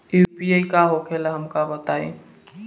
UPI का होखेला हमका बताई?